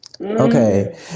okay